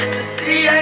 Today